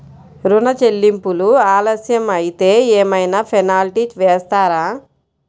ఋణ చెల్లింపులు ఆలస్యం అయితే ఏమైన పెనాల్టీ వేస్తారా?